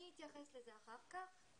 אני אתייחס לזה אחר כך,